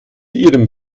ihrem